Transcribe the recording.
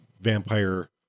vampire